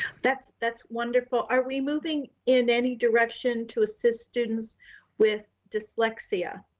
that's that's wonderful. are we moving in any direction to assist students with dyslexia?